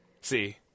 See